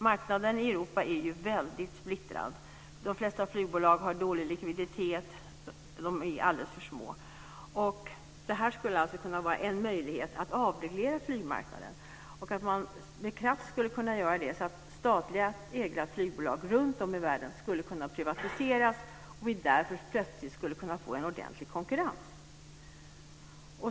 Marknaden i Europa är väldigt splittrad. De flesta flygbolag har dålig likviditet - de är alldeles för små. Det här skulle alltså kunna vara en möjlighet att avreglera flygmarknaden och med kraft göra det så att statligt ägda flygbolag runtom i världen kunde privatiseras. Då skulle vi plötsligt kunna få en ordentlig konkurrens.